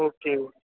okay